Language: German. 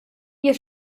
ihr